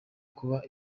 kuba